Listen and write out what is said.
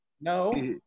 No